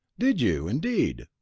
did you, indeed!